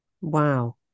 Wow